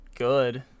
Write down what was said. Good